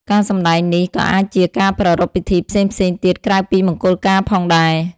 ការសម្តែងនេះក៏អាចជាការប្រារព្ធពិធីផ្សេងៗទៀតក្រៅពីមង្គលការផងដែរ។